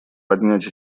поднять